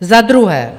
Za druhé.